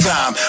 Time